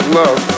love